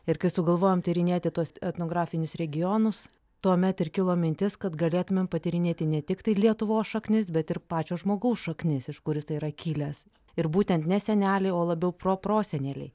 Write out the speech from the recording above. ir kai sugalvojom tyrinėti tuos etnografinius regionus tuomet ir kilo mintis kad galėtumėm patyrinėti ne tiktai lietuvos šaknis bet ir pačio žmogaus šaknis iš kur jisai yra kilęs ir būtent ne seneliai o labiau proproseneliai